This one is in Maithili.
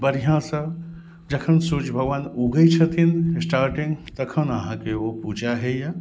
बढ़िऑं सऽ जखन सूर्ज भगवान उगै छथिन स्टार्टिंग तखन अहाँके ओ पूजा होइया